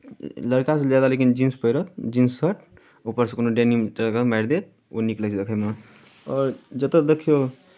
लड़कासभ ज्यादा लेकिन जींस पहिरत जींस शर्ट ऊपरसँ कोनो डेनिम जैकेट मारि देत ओ नीक लगै छै देखयमे आओर जतय देखियौ